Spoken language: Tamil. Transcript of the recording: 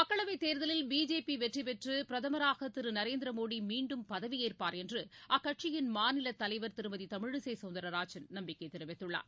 மக்களவைத் தேர்தலில் பிஜேபி வெற்றி பெற்று பிரதமராக திரு நநரேந்திரமோடி மீண்டும் பதவியேற்பார் என்று அக்கட்சியின் மாநிலத் தலைவர் திருமதி தமிழிசை சௌந்தரராஜன் நம்பிக்கை தெரிவித்துள்ளார்